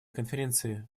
конференции